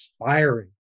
inspiring